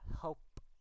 help